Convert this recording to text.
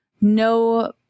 no